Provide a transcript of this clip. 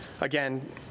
again